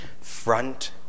front